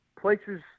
places